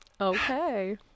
Okay